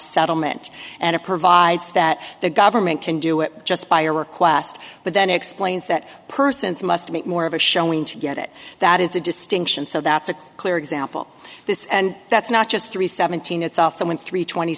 settlement and it provides that the government can do it just by request but then explains that persons must make more of a showing to get it that is a distinction so that's a clear example this and that's not just three seventeen it's also in three twenty